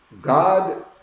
God